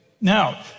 Now